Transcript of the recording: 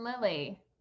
Lily